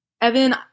evan